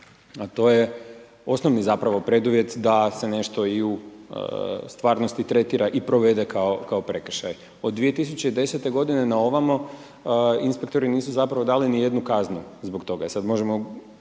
to je osnovni zapravo preduvjet da se nešto i u stvarnosti tretira i provede kao prekršaj. Od 2010. godine na ovamo inspektori nisu zapravo dali ni jednu kaznu zbog toga